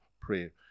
prayer